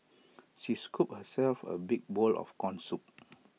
she scooped herself A big bowl of Corn Soup